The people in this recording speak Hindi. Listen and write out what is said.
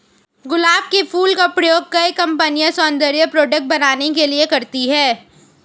गुलाब के फूल का प्रयोग कई कंपनिया सौन्दर्य प्रोडेक्ट बनाने के लिए करती है